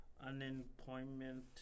unemployment